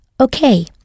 Okay